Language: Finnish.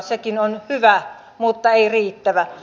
sekin on hyvä mutta ei riittävä